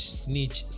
snitch